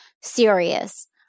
serious